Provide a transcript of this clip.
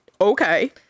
Okay